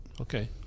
Okay